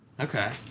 Okay